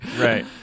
Right